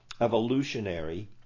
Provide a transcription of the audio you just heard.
evolutionary